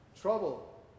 Trouble